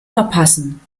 verpassen